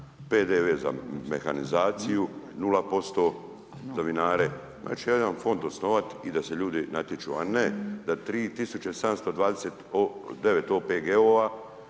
PDV za mehanizaciju 0%, za vinare, znači jedan fond osnovati i da se ljudi natječu a ne da 3 tisuće 729 OPG-ova